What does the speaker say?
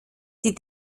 die